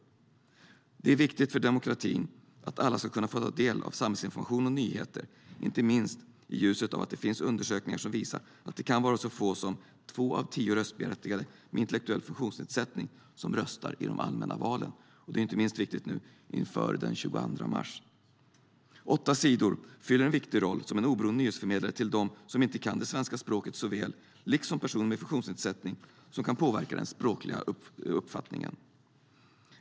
Det är viktigt för demokratin att alla ska kunna få del av samhällsinformation och nyheter, inte minst i ljuset av att det finns undersökningar som visar att det kan vara så få som två av tio röstberättigade med intellektuell funktionsnedsättning som röstar i de allmänna valen. Det är inte minst viktigt inför den 22 mars. 8 Sidor fyller en viktig roll som en oberoende nyhetsförmedlare till dem som inte kan svenska språket så väl, liksom personer med funktionsnedsättning som kan påverka den språkliga uppfattningen.